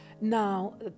Now